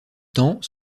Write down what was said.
temps